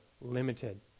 limited